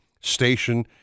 station